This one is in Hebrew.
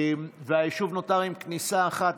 והיישוב נותר עם כניסה אחת.